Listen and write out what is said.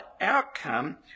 outcome